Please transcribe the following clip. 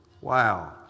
Wow